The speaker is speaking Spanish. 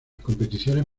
competiciones